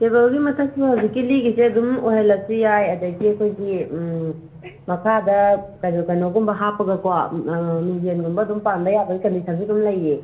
ꯇꯦꯕꯜꯁꯤ ꯃꯊꯛꯁꯦ ꯍꯧꯖꯤꯛꯀꯤ ꯂꯤꯒꯤꯁꯦ ꯑꯗꯨꯝ ꯑꯣꯏꯍꯜꯂꯁꯨ ꯌꯥꯏ ꯑꯗꯩꯗꯤ ꯑꯩꯈꯣꯏꯒꯤ ꯃꯈꯥꯗ ꯀꯩꯅꯣ ꯀꯩꯅꯣꯒꯨꯝꯕ ꯍꯥꯞꯄꯒꯀꯣ ꯃꯤꯡꯖꯦꯜꯒꯨꯝꯕ ꯑꯗꯨꯝ ꯄꯥꯟꯕ ꯌꯥꯕꯒꯤ ꯀꯟꯗꯤꯁꯟꯁꯨ ꯑꯗꯨꯝ ꯂꯩꯌꯦ